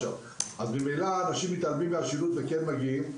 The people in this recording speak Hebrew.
ממילא אנשים מתעלמים מהשילוט וכן מגיעים.